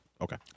Okay